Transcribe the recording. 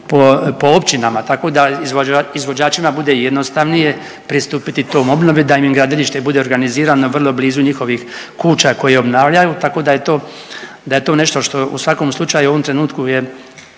po općinama. Tako da izvođačima bude jednostavnije pristupiti tom obnovi da im gradilište bude organizirano vrlo blizu njihovih kuća koje obnavljaju tako da je to, da je to nešto što u svakom slučaju u ovom trenutku je